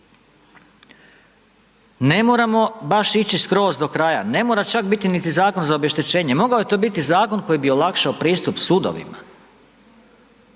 Ne moramo baš ići skroz do kraja, ne mora čak biti niti zakon za obeštećenje, mogao je to biti zakon koji bi olakšao pristup sudovima,